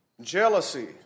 Jealousy